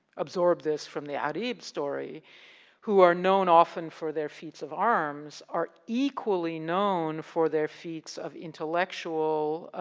absorbed this from the ah-reeb story who are known often for their feats of arms are equally known for their feats of intellectual,